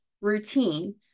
routine